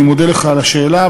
אני מודה לך על השאלה.